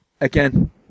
again